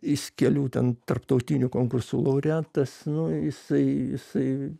jis kelių ten tarptautinių konkursų laureatas nu jisai jisai